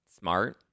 Smart